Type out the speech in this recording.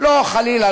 חלילה,